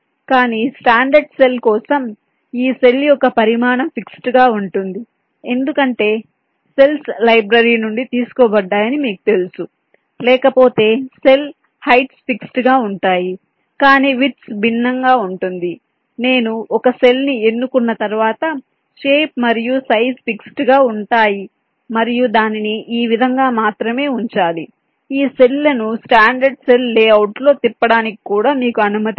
కానీ standard cell కోసం కానీ ఈ సెల్ యొక్క పరిమాణం ఫిక్స్డ్ గా ఉంటుంది ఎందుకంటే సెల్స్ లైబ్రరీ నుండి తీసుకోబడ్డాయని మీకు తెలుసు లేకపోతే సెల్ హైట్స్ ఫిక్స్డ్ గా ఉంటాయి కాని విడ్త్స్ భిన్నంగా ఉంటుంది నేను ఒక సెల్ ని ఎన్నుకున్న తర్వాత షేప్ మరియు సైజ్ ఫిక్స్డ్ గా ఉంటాయి మరియు దానిని ఈ విధంగా మాత్రమే ఉంచాలి ఈ సెల్ లను స్టాండర్డ్ సెల్ లేఅవుట్లో తిప్పడానికి కూడా మీకు అనుమతి లేదు